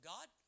God